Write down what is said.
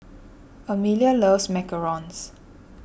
Emilia loves Macarons